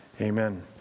amen